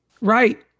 right